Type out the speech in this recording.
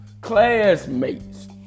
classmates